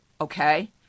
okay